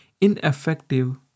ineffective